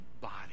body